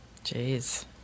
Jeez